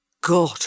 God